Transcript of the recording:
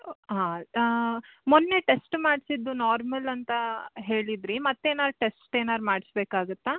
ಹಾಂ ಮೊನ್ನೆ ಟೆಸ್ಟ್ ಮಾಡಿಸಿದ್ದು ನಾರ್ಮಲ್ ಅಂತ ಹೇಳಿದ್ದಿರಿ ಮತ್ತೆ ಏನಾರು ಟೆಸ್ಟ್ ಏನಾರು ಮಾಡ್ಸ್ಬೇಕಾಗುತ್ತಾ